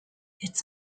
its